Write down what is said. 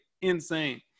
Insane